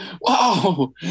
Wow